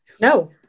No